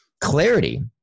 clarity